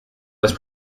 was